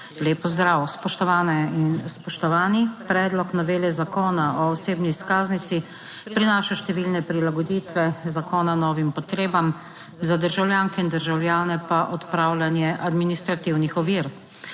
pozdrav spoštovane in spoštovani. Predlog novele Zakona o osebni izkaznici prinaša številne prilagoditve zakona novim potrebam, za državljanke in državljane pa odpravljanje administrativnih ovir.